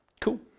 Cool